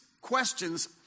questions